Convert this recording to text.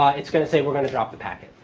it's going to say we're going to drop the packet.